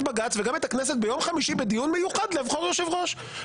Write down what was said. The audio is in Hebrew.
בג"ץ וגם את הכנסת ביום חמישי בדיון מיוחד לבחור יושב-ראש.